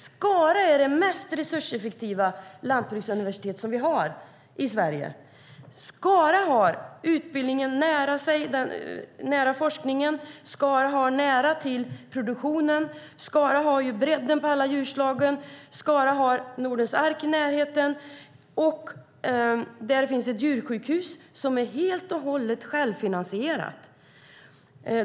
Skara är det mest resurseffektiva lantbruksuniversitet vi har i Sverige. Skara har utbildningen nära forskningen. Skara har nära till produktionen. Skara har en bredd när det gäller djurslag. Skara har Nordens Ark i närheten. Där finns ett djursjukhus som är helt och hållet självfinansierat.